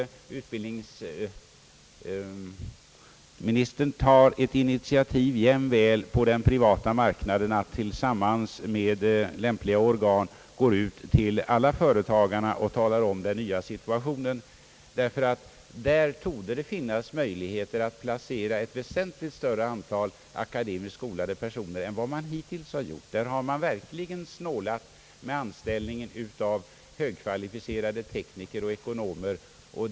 den högre utbildningen bildningsministern tar ett initiativ också på den privata marknaden och tillsammans med lämpliga organ redovisar den nya situationen för alla företagarna. Där torde det nämligen finnas möjligheter att placera ett väsentligt större antal akademiskt skolade personer än hittills — där har man verkligen snålat med anställning av högkvalificerade tekniker och ekonomer.